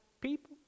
people